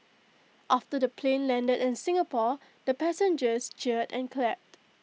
after the plane landed in Singapore the passengers cheered and clapped